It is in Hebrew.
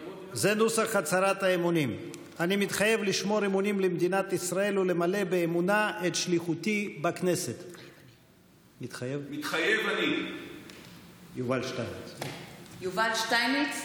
(קוראת בשם חבר הכנסת) יובל שטייניץ,